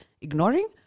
ignoring